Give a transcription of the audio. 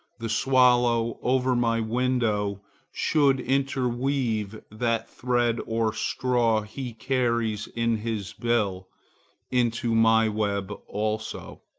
the swallow over my window should interweave that thread or straw he carries in his bill into my web also.